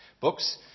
books